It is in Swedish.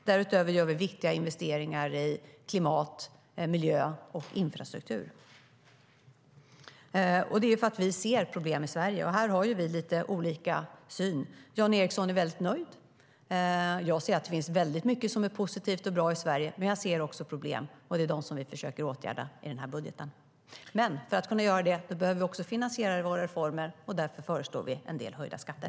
Därutöver gör vi viktiga investeringar i klimat, miljö och infrastruktur. Detta gör vi för att vi ser problem i Sverige. Här har vi lite olika syn. Jan Ericson är väldigt nöjd, och jag ser att det finns mycket som är positivt och bra i Sverige - men jag ser också problem. Det är dem vi försöker åtgärda i den här budgeten, men för att kunna göra det behöver vi finansiera våra reformer. Därför föreslår vi en del höjda skatter.